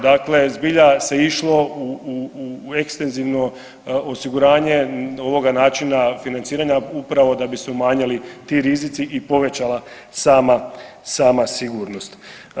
Dakle, zbilja se išlo u ekstenzivno osiguranje ovoga načina financiranja upravo da bi se umanjili ti rizici i povećala sama sigurnost.